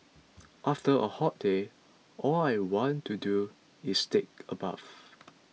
after a hot day all I want to do is take a bath